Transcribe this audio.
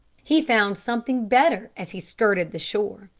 he found something better as he skirted the shore.